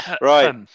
Right